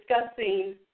discussing